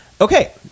Okay